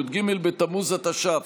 י"ג בתמוז התש"ף,